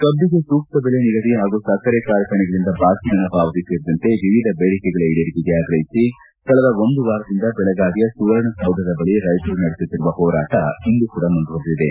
ಕಬ್ಬಿಗೆ ಸೂಕ್ತ ಬೆಲೆ ನಿಗದಿ ಹಾಗೂ ಸಕ್ಕರೆ ಕಾರ್ಖಾನೆಗಳಿಂದ ಬಾಕಿ ಪಣ ಪಾವತಿ ಸೇರಿದಂತೆ ವಿವಿಧ ಬೇಡಿಕೆಗಳ ಈಡೇರಿಕೆಗೆ ಆಗ್ರಹಿಸಿ ಕಳೆದ ಒಂದು ವಾರದಿಂದ ಬೆಳಗಾವಿಯ ಸುವರ್ಣಸೌಧದ ಬಳಿ ರೈತರು ನಡೆಸುತ್ತಿರುವ ಹೋರಾಟ ಇಂದು ಕೂಡ ಮುಂದುವರಿದಿದೆ